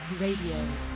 RADIO